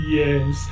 yes